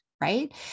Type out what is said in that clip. right